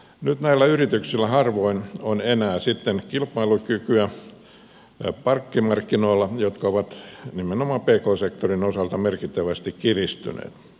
nyt näillä yrityksillä harvoin on enää sitten kilpailukykyä pankkimarkkinoilla jotka ovat nimenomaan pk sektorin osalta merkittävästi kiristyneet